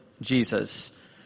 Jesus